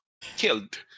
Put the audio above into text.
killed